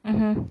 mmhmm